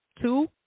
two